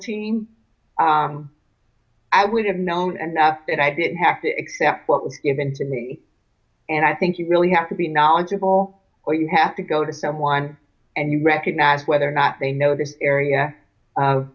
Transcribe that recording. team i would have known and that i didn't have to except what was given to me and i think you really have to be knowledgeable or you have to go to someone and you recognize whether or not they know this area